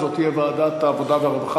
וזאת תהיה ועדת העבודה והרווחה,